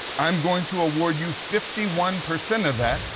i'm going to award you fifty one percent of that,